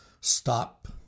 stop